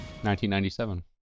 1997